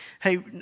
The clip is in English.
hey